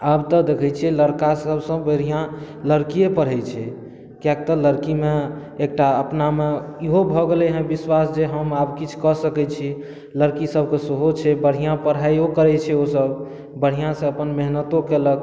आब तऽ देखै छियै लड़का सभसँ बढ़िऑं लड़किये पढ़ै छै किएकि तऽ लड़की मे एकटा अपनामे इहो भऽ गेलै हँ बिश्वास जे हम आब किछु कय सकै छी लड़की सभके सेहो छै बढ़िऑं पढ़ाइयो करै छै ओ सभ बढ़िऑंसँ अपन मेहनतो केलक